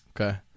Okay